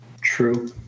true